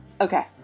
Okay